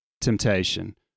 temptation